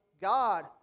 God